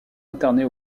internés